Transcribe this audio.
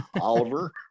oliver